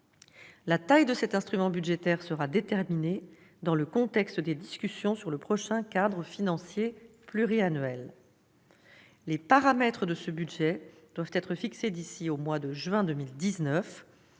La taille de cet instrument budgétaire sera déterminée dans le contexte des discussions sur le prochain cadre financier pluriannuel. Les paramètres de ce budget doivent être fixés d'ici au mois de juin 2019.